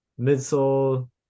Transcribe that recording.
midsole